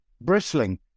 bristling